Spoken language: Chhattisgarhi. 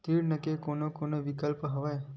ऋण के कोन कोन से विकल्प हवय?